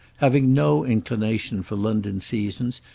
having no inclination for london seasons,